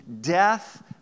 death